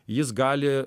jis gali